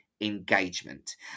engagement